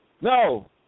No